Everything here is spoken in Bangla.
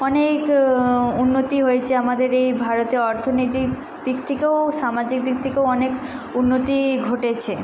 অনেক উন্নতি হয়েছে আমাদের এই ভারতে অর্থনীতিক দিক থেকেও সামাজিক দিক থেকেও অনেক উন্নতি ঘটেছে